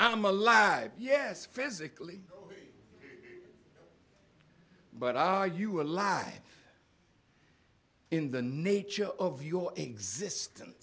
i'm alive yes physically but i you alive in the nature of your existence